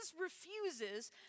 refuses